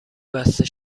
بسته